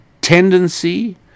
tendency